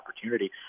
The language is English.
opportunity